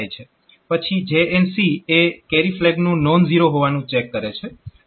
પછી JNC એ carry ફ્લેગનું નોનઝીરો હોવાનું ચેક કરે છે